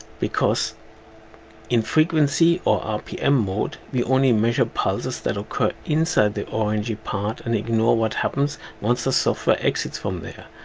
because in frequency or rpm mode, we only measure pulses that occur inside the orangey part and ignore what happens once the software exits from there.